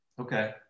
Okay